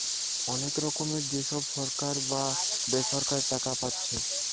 অনেক রকমের যে সব সরকারি বা বেসরকারি টাকা পাচ্ছে